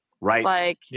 Right